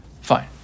Fine